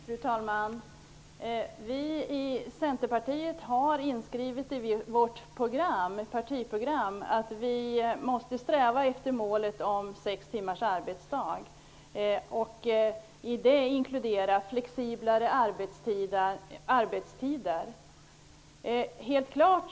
Fru talman! I Centerpartiets partiprogram finns det inskrivet att vi måste sträva efter målet om sex timmars arbetsdag. Det inkluderar mer flexibla arbetstider.